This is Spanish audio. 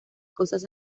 cosas